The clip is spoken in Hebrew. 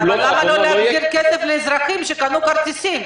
אבל למה לא להחזיר כסף לאזרחים שקנו כרטיסים?